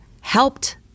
helped